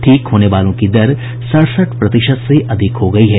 ठीक होने वालों की दर सड़सठ प्रतिशत से अधिक हो गई है